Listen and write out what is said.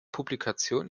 publikation